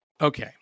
Okay